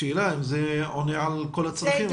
השאלה היא האם זה עונה על כל הצרכים.